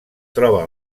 troba